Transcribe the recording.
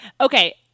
okay